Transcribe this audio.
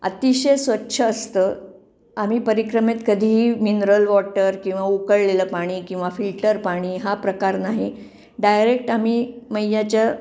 अतिशय स्वच्छ असतं आम्ही परिक्रमेत कधीही मिनरल वॉटर किंवा उकळलेलं पाणी किंवा फिल्टर पाणी हा प्रकार नाही डायरेक्ट आम्ही मैयाच्या